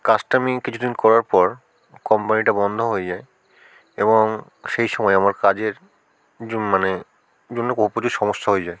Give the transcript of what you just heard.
কাজটা আমি কিছু দিন করার পর কোম্পানিটা বন্ধ হয়ে যায় এবং সেই সময় আমার কাজের মানে জন্য প্রচুর সমস্যা হয়ে যায়